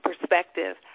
Perspective